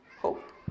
hope